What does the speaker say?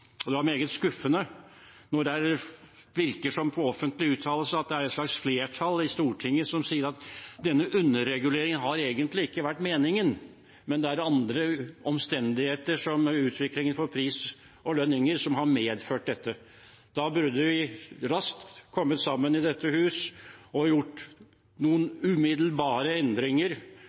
meget skuffende når det av offentlige uttalelser virker som om det er et slags flertall i Stortinget som sier at denne underreguleringen egentlig ikke har vært meningen, men at det er andre omstendigheter, som utviklingen i pris og lønninger, som har medført dette. Da burde vi raskt kommet sammen i dette hus og gjort noen umiddelbare endringer,